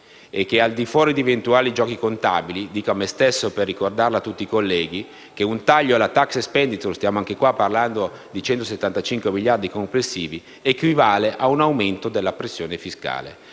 al di fuori di eventuali giochi contabili, dico a me stesso - per ricordarlo a tutti i colleghi - che un taglio alle *tax expenditures* (175 miliardi complessivi) equivale ad un aumento della pressione fiscale.